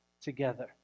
together